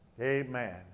Amen